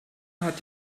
hat